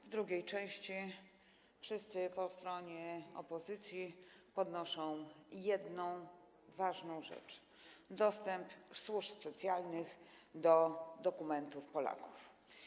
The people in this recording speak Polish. W drugiej części wszyscy po stronie opozycji podnoszą jedną ważną rzecz: dostęp służb specjalnych do dokumentów Polaków.